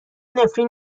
نفرین